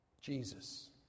Jesus